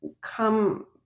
come